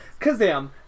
Kazam